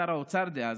שר האוצר דאז,